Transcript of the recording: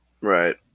Right